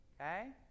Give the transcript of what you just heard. okay